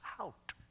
out